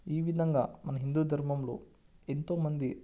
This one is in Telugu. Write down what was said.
ఈ విధంగా మన హిందు ధర్మంలో ఎంతోమంది